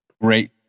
Great